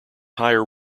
higher